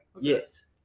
Yes